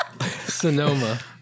Sonoma